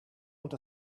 want